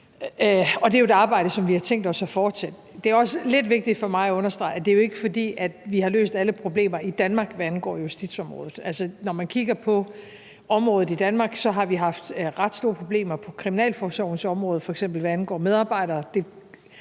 det er jo et arbejde, som vi har tænkt os at fortsætte. Det er også lidt vigtigt for mig at understrege, at det jo ikke er, fordi vi har løst alle problemer i Danmark, hvad angår justitsområdet. Når man kigger på området i Danmark, har vi haft ret store problemer på kriminalforsorgens område, f.eks. hvad angår medarbejdere,